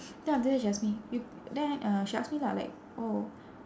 then after that she ask me y~ then uh she ask me lah like oh